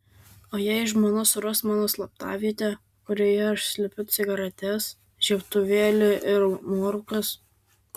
o jei žmona suras mano slaptavietę kurioje aš slepiu cigaretes žiebtuvėlį ir nuorūkas